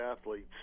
athletes